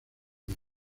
mes